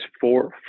four